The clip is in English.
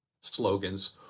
slogans